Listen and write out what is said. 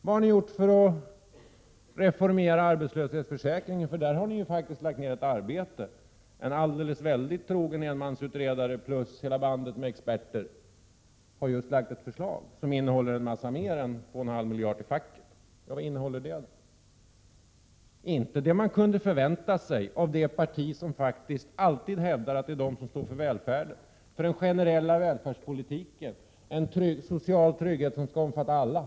Vad har ni gjort för att reformera arbetslöshetsförsäkringen? Där har ni ju faktiskt lagt ner arbete — en alldeles väldigt trogen enmansutredare plus hela bandet av experter har just presenterat ett förslag som går ut på betydligt mer än 2,5 miljarder till facket. Vad innehåller egentligen det förslaget? Ja, inte vad man kunde förvänta sig när det gäller ett parti som faktiskt alltid hävdar att det är det partiet som står för välfärden, för den generella välfärdspolitiken, för en social trygghet som skall omfatta alla.